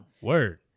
Word